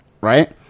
right